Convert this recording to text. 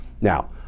Now